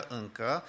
încă